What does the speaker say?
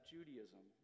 Judaism